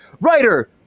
writer